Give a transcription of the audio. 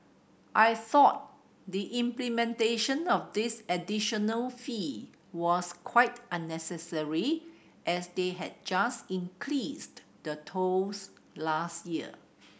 I thought the implementation of this additional fee was quite unnecessary as they had just increased the tolls last year